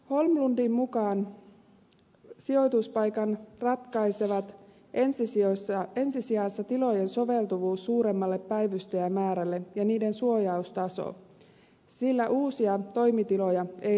holmlundin mukaan sijoituspaikan ratkaisevat ensi sijassa tilojen soveltuvuus suuremmalle päivystäjämäärälle ja niiden suojaustaso sillä uusia toimitiloja ei rakenneta